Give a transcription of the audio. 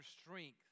strength